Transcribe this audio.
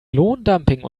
lohndumping